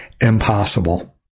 impossible